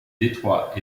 détroit